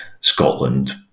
Scotland